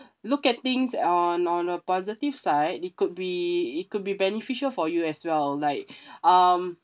look at things uh on a positive side it could be it could be beneficial for you as well like um